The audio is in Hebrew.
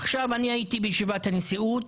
עכשיו אני הייתי בישיבת הנשיאות,